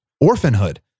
orphanhood